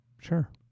Sure